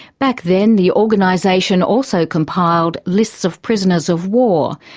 back then the organisation also compiled lists of prisoners of war,